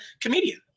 comedian